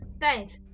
Thanks